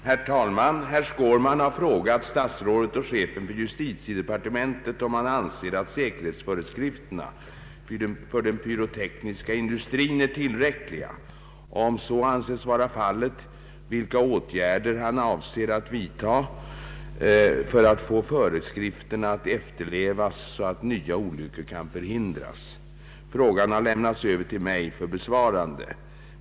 Herr talman! Herr Skårman har frågat statsrådet och chefen för justitiedepartementet om han anser att säkerhetsföreskrifterna för den pyrotekniska industrin är tillräckliga och, om så anses vara fallet, vilka åtgärder han avser att vidtaga för att få föreskrifterna att efterlevas så att nya olyckor kan förhindras. Frågan har lämnats över till mig för besvarande.